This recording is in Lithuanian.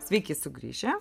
sveiki sugrįžę